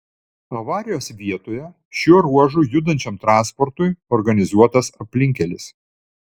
avarijos vietoje šiuo ruožu judančiam transportui organizuotas aplinkkelis